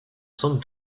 some